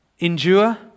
endure